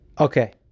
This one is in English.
Okay